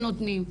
שנותנים,